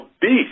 Beast